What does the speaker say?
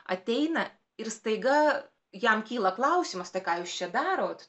ateina ir staiga jam kyla klausimas tai ką jūs čia darot